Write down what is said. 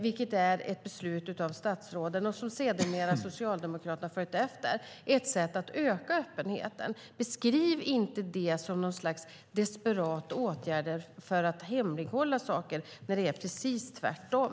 Det är ett beslut fattat av statsråden. Sedermera följde Socialdemokraterna efter. Det är ett sätt att öka öppenheten. Beskriv inte det som något slags desperat åtgärd för att hemlighålla saker när det är precis tvärtom.